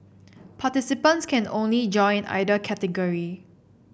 participants can't only join either category